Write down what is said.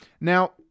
Now